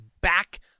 back